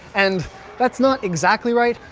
and that's not exactly right,